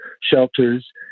shelters